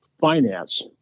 finance